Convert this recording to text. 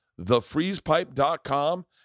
thefreezepipe.com